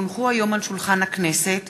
כי הונחו היום על שולחן הכנסת,